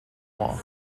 walk